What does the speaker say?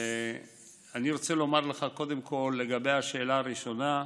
אני רוצה לומר לך לגבי השאלה הראשונה.